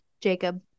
Jacob